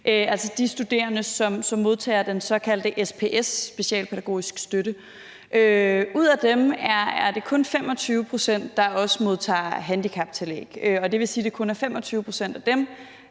altså de studerende, som modtager den såkaldte SPS, specialpædagogisk støtte. Ud af dem er det kun 25 pct., der også modtager handicaptillæg, og det vil sige, at det kun er 25 pct. af dem,